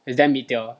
is damn mid tier